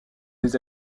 des